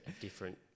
different